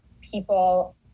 people